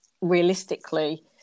realistically